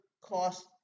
cost